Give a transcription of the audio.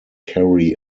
carry